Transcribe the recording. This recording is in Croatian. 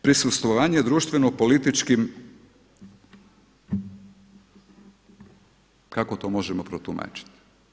Prisustvovanje društveno političkim, kako to možemo protumačiti?